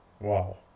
Wow